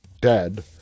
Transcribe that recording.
dead